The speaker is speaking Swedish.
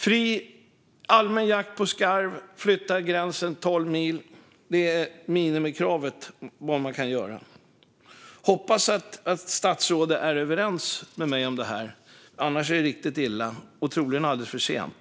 Fri, allmän jakt på skarv och att flytta gränsen tolv mil är minimikravet för vad man kan göra. Jag hoppas att statsrådet är överens med mig om detta. Annars är det riktigt illa och troligen alldeles för sent.